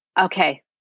Okay